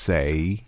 Say